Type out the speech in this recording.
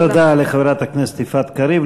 תודה לחברת הכנסת יפעת קריב.